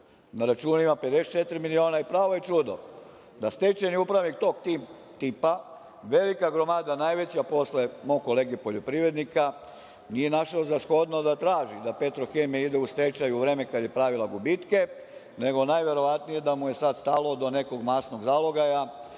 Na računu ima 54 miliona i pravo je čudo da stečajni upravnik tog tipa, velika gromada, najveća posle mog kolege poljoprivrednika, nije našao za shodno da traži da „Petrohemija“ ide u stečaj u vreme kad je pravila gubitke nego najverovatnije da mu je sad stalo do nekog masnog zalogaja